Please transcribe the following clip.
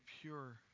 pure